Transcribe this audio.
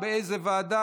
בעד,